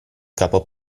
capo